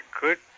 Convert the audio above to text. good